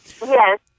Yes